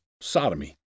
sodomy